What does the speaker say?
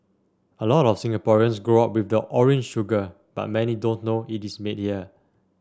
a lot of Singaporeans grow up with the orange sugar but many don't know it is made here